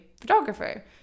photographer